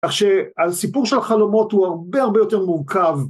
‫אך שהסיפור של החלומות ‫הוא הרבה הרבה יותר מורכב.